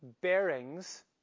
bearings